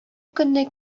көнне